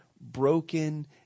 broken